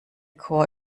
chor